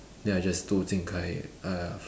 then I just told Jing Kai !aiya!